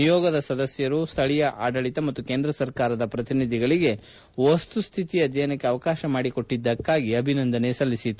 ನಿಯೋಗದ ಸದಸ್ವರು ಸ್ಥಳೀಯ ಆಡಳಿತ ಮತ್ತು ಕೇಂದ್ರ ಸರ್ಕಾರದ ಪ್ರತಿನಿಧಿಗಳಿಗೆ ವಸ್ತುಶ್ಠಿತ ಅಧ್ಯಯನಕ್ಕೆ ಅವಕಾಶ ಮಾಡಿಕೊಟ್ಟದ್ದಕ್ಕಾಗಿ ಅಭಿನಂದಿಸಿದ್ದಾರೆ